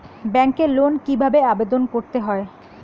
ব্যাংকে লোন কিভাবে আবেদন করতে হয়?